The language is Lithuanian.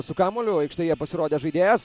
su kamuoliu aikštėje pasirodęs žaidėjas